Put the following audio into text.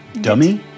Dummy